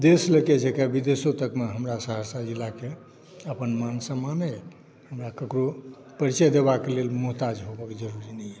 देश लऽ के छै एकर विदेशों तकमे हमरा सहरसा जिलाके अपन मान सम्मान अइ हमरा केकरो परिचय देबाक लेल मोहताज होबाक ज़रूरत नहि अइ